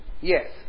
Yes